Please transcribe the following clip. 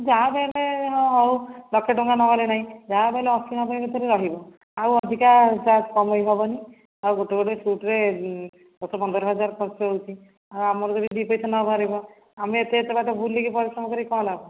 ଆଉ ଯାହାବି ହେଲେ ହଁ ହଉ ଲକ୍ଷେ ଟଙ୍କା ନହେଲେ ନାହିଁ ଯାହାବି ହେଲେ ଅଶୀ ନବେ ଭିତରେ ରହିବ ଆଉ ଅଧିକା ଚାର୍ଜ କମେଇ ହେବନି ଆଉ ଗୋଟେ ଗୋଟେ ସୁଟରେ ଦଶ ପନ୍ଦର ହଜାର ଖର୍ଚ୍ଚ ହେଉଛି ଆଉ ଆମର ଯଦି ଦି ପଇସା ନ ବାହାରିବ ଆମେ ଏତେ ଏତେ ବାଟ ବୁଲିକି ପରିଶ୍ରମ କରିକି କଣ ଲାଭ